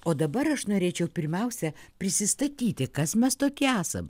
o dabar aš norėčiau pirmiausia prisistatyti kas mes tokie esam